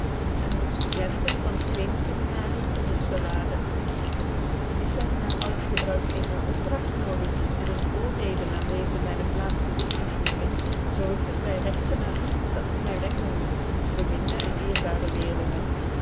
aen de studenten van t kleen seminarie te rousselaere is er naer oud gebruik eene opdragt noodig en een voorreden aen deze myne vlaemsche dichtoefeningen zoo is t by regte naer u dat ik my wenden moet beminde en dierbare leerlingen